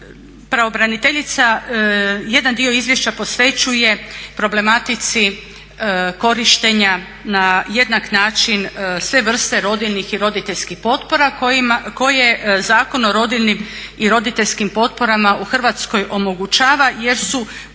pravobraniteljica jedan dio izvješća posvećuje problematici korištenja na jednak način sve vrste rodiljnih i roditeljskih potpora koje Zakon o rodiljnim i roditeljskim potporama u Hrvatskoj omogućava jer su unijete